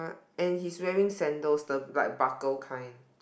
and he's wearing sandals the like buckle kind